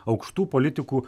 aukštų politikų